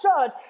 judge